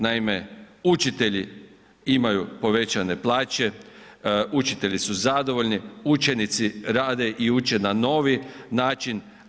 Naime, učitelji imaju povećane plaće, učitelji su zadovoljni, učenici rade i uče na novi način.